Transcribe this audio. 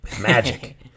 Magic